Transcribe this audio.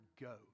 go